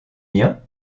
lien